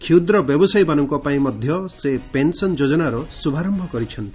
କ୍ଷୁଦ୍ର ବ୍ୟବସାୟୀମାନଙ୍କ ପାଇଁ ମଧ୍ୟ ସେ ପେନ୍ସନ୍ ଯୋଜନାର ଶ୍ରଭାରମ୍ଭ କରିଛନ୍ତି